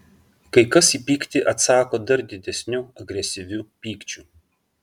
kai kas į pyktį atsako dar didesniu agresyviu pykčiu